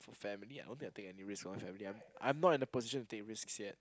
family I don't think I take any risk for my family I I'm not in the position to take risks yet